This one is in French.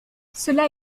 cela